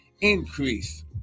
increase